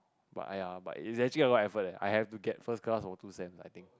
but !aiya! but it's actually a lot of effort eh I have to get first class for two sems I think